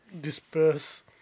disperse